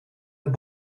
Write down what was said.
het